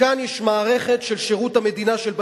כאן יש מערכת של שירות המדינה, של בתי-דין,